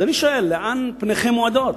אז אני שואל, לאן פניכם מועדות?